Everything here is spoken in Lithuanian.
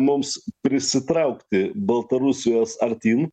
mums prisitraukti baltarusijos artyn